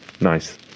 nice